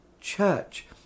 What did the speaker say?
church